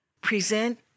present